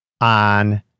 On